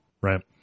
right